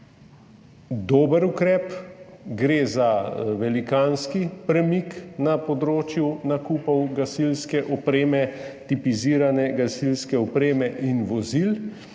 dober ukrep, gre za velikanski premik na področju nakupov gasilske opreme, tipizirane gasilske opreme in vozil,